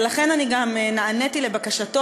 ולכן, אני גם נעניתי לבקשתו